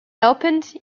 opened